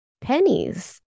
pennies